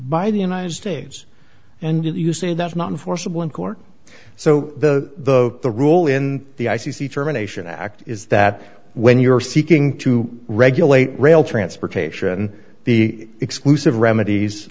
by the united states and you say that's not a forcible in court so the the rule in the i c c germination act is that when you're seeking to regulate rail transportation the exclusive remedies